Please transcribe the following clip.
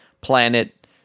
planet